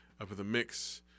UpInTheMix